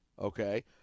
okay